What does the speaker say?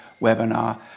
webinar